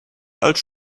als